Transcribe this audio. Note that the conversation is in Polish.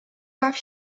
baw